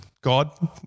God